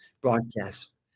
broadcast